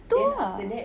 tu lah